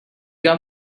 got